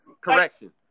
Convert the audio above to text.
Correction